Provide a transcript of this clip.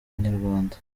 inyarwanda